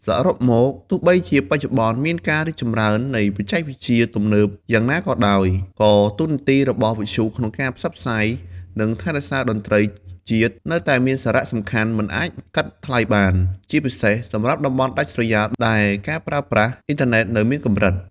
សរុបមក ទោះបីជាបច្ចុប្បន្នមានការរីកចម្រើននៃបច្ចេកវិទ្យាទំនើបយ៉ាងណាក៏ដោយ ក៏តួនាទីរបស់វិទ្យុក្នុងការផ្សព្វផ្សាយ និងថែរក្សាតន្ត្រីជាតិនៅតែមានសារៈសំខាន់មិនអាចកាត់ថ្លៃបាន ជាពិសេសសម្រាប់តំបន់ដាច់ស្រយាលដែលការប្រើប្រាស់អុីនធឺណេតនៅមានកម្រិត។